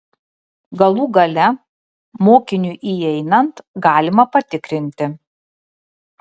galų gale mokiniui įeinant galima patikrinti